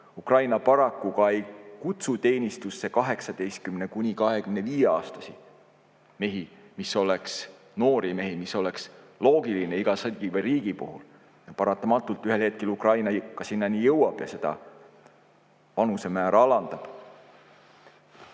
Ukraina paraku ka ei kutsu teenistusse 18–25‑aastasi mehi, noori mehi, mis oleks loogiline iga sõdiva riigi puhul. Paratamatult ühel hetkel Ukraina ikka sinnani jõuab ja seda vanusemäära alandab.